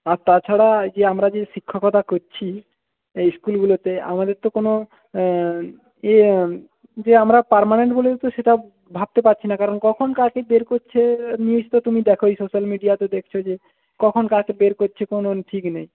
আর তাছাড়া যে আমরা যে শিক্ষকতা করছি এই স্কুলগুলোতে আমাদের তো কোনো যে আমরা পার্মানেন্ট বলেও সেটা ভাবতে পারচ্ছি না কারণ কখন কাকে বের করছে নিউজ তো তুমি দেখই সোশ্যাল মিডিয়াতে দেখছো যে কখন কাকে বের করছে কোনো ঠিক নেই